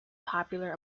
popular